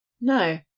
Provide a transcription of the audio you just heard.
No